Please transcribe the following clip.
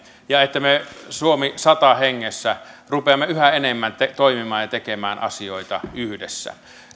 ja että me suomi sata hengessä rupeamme yhä enemmän toimimaan ja tekemään asioita yhdessä myöskin